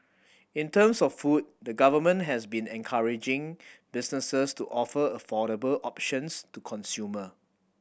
in terms of food the Government has been encouraging businesses to offer affordable options to consumer